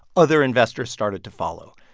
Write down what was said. other investors started to follow.